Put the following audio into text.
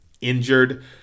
injured